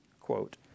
quote